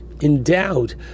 endowed